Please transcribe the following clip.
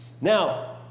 Now